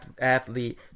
athlete